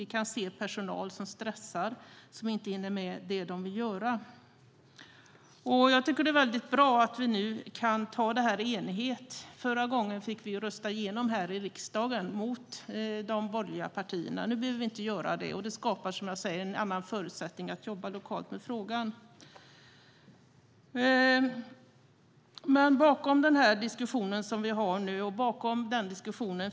Vi kan se personal som stressar, som inte hinner med vad de vill göra. Det är bra att vi kan anta detta förslag i enighet. Förra gången fick vi rösta igenom frågan mot de borgerliga partierna i riksdagen. Nu behöver vi inte göra så. Det skapar andra förutsättningar att jobba lokalt med frågan. Bakom den diskussion vi har nu finns en verklighet.